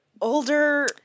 older